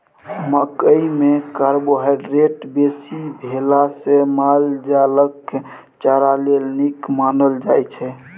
मकइ मे कार्बोहाइड्रेट बेसी भेला सँ माल जालक चारा लेल नीक मानल जाइ छै